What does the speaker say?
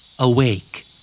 Awake